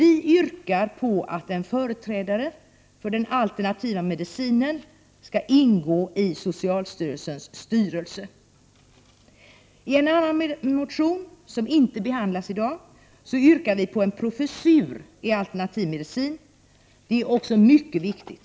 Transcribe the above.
I motionen yrkas att en företrädare för den alternativa medicinen skall ingå i socialstyrelsens styrelse. I en annan motion, som inte behandlas i dag, yrkar vi på en professur i alternativ medicin. Det är också mycket viktigt.